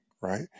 right